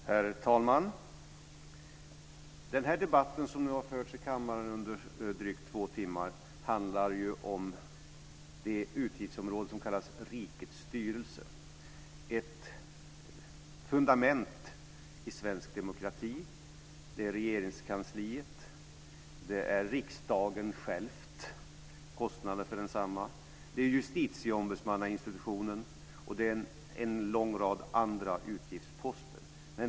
Herr talman! Den debatt som har förts i kammaren under drygt två timmar handlar om det utgiftsområde som kallas Rikets styrelse - ett fundament i svensk demokrati. Det gäller Regeringskansliet och kostnaderna för riksdagen. Det gäller justitieombudsmannainstitutet, och det gäller en lång rad andra utgiftsposter.